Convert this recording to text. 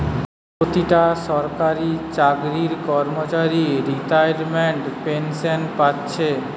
পোতিটা সরকারি চাকরির কর্মচারী রিতাইমেন্টের পেনশেন পাচ্ছে